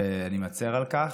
ואני מצר על כך.